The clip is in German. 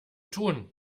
tun